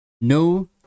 No